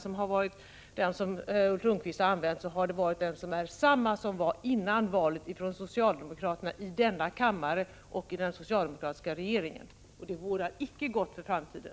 Om Ulf Lönnqvist talat med någon av dem, så har han uttalat detsamma som socialdemokraterna gjorde före valet i denna kammare och som den socialdemokratiska regeringen gjorde. Det bådar icke gott för framtiden.